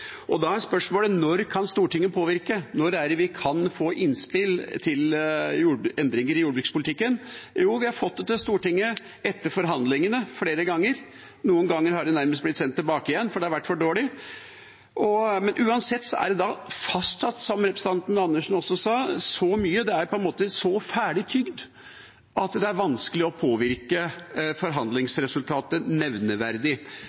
Og da er spørsmålet: Når kan Stortinget påvirke, når er det vi kan få innspill til endringer i jordbrukspolitikken? Jo, vi har fått det til Stortinget etter forhandlingene flere ganger. Noen ganger har det nærmest blitt sendt tilbake igjen, for det har vært for dårlig. Men uansett er det fastsatt, som representanten Andersen også sa, så mye – det er på en måte så ferdig tygd at det er vanskelig å påvirke